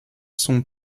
sont